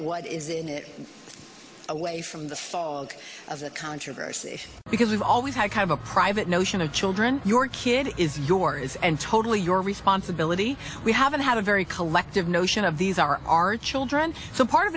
what is in it away from the fog of the controversy because we've always had kind of a private notion of children your kid is your is and totally your responsibility we have and have a very collective notion of these are our children so part of